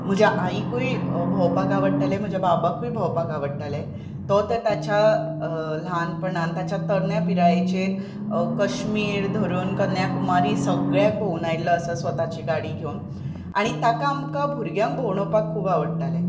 म्हज्या आईकय भोंवपाकआवडटालें म्हज्या बाबाकय भोंवपाक आवडटालें तो तर ताच्या ताच्या ल्हानपणांत ताच्या तरण्या पिरायेचेर कश्मीर धरून कन्याकुमारी सगळ्याक भोंवून आयल्लो आसा स्वताची गाडी घेवन आनी ताका आमकां भुरग्यांक भोंडोवपाक खूब आवडटालें